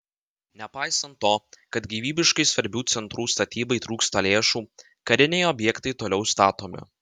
nepaisant to kad gyvybiškai svarbių centrų statybai trūksta lėšų kariniai objektai toliau statomi